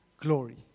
glory